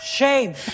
Shame